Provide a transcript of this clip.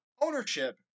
Ownership